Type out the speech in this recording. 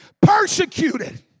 Persecuted